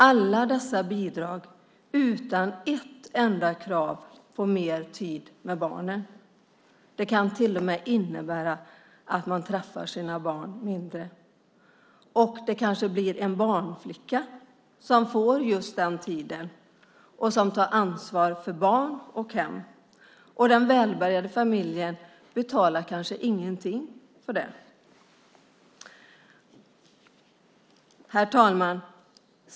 Alla dessa bidrag ges utan ett enda krav på mer tid med barnen. Det kan till och med innebära att man träffar sina barn mindre. Det kanske blir en barnflicka som får den tiden och som tar ansvar för barn och hem. Den välbärgade familjen betalar kanske ingenting för det. Herr talman!